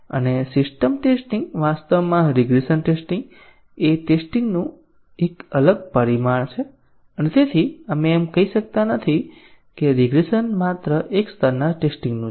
અને system testing વાસ્તવમાં regression testing એ ટેસ્ટીંગ નું એક અલગ પરિમાણ છે અને આપણે એમ કહી શકતા નથી કે રીગ્રેસન માત્ર એક સ્તરના ટેસ્ટીંગ નું છે